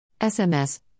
SMS